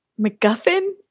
MacGuffin